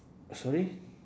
sorry